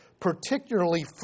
particularly